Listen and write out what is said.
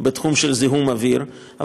אני אומנם חתומה על החוק הזה,